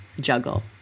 juggle